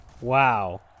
Wow